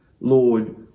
lord